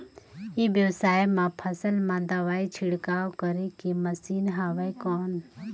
ई व्यवसाय म फसल मा दवाई छिड़काव करे के मशीन हवय कौन?